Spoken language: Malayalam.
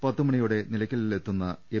പത്തുമണിയോടെ നിലയ്ക്കലിലെത്തുന്ന എം